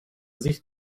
sicht